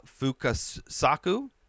Fukasaku